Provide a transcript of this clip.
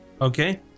Okay